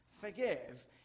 forgive